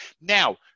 Now